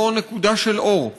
זו נקודה של אור.